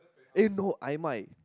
eh no ai mai